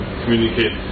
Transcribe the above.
communicate